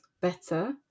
better